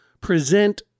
present